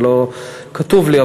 זה לא כתוב לי,